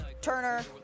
Turner